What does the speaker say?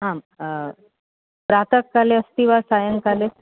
आं प्रातःकाले अस्ति वा सायङ्काले